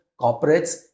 corporates